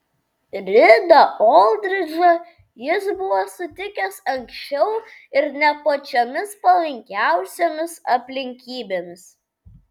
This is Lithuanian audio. ridą oldridžą jis buvo sutikęs anksčiau ir ne pačiomis palankiausiomis aplinkybėmis